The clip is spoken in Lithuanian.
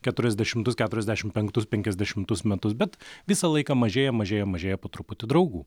keturiasdešimtus keturiasdešim penktus penkiasdešimtus metus bet visą laiką mažėja mažėja mažėja po truputį draugų